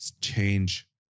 change